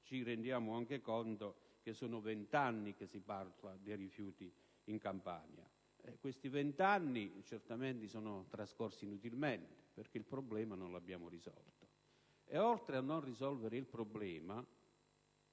ci rendiamo anche conto che da 20 anni si parla di rifiuti in Campania. Questi 20 anni sono trascorsi inutilmente, perché il problema non lo abbiamo risolto. Oltre a non risolvere il problema,